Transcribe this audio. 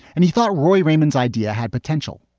and he thought roy raymond's idea had potential.